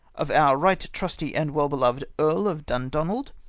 of our right trusty and well-beloved earl of dundonald,